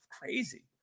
crazy